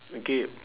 okay